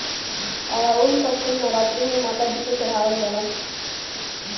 अढ़ऊल क फूल नवरात्री में माता जी के चढ़ावल जाला